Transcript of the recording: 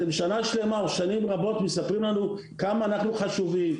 אתם שנה שלמה או שנים רבות מספרים לנו כמה אנחנו חשובים,